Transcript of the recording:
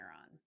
on